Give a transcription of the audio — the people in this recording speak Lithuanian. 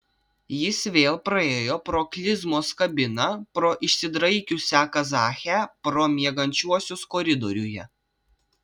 jis vėl praėjo pro klizmos kabiną pro išsidraikiusią kazachę pro miegančiuosius koridoriuje